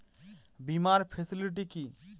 বীমার ফেসিলিটি কি?